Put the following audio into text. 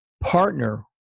partner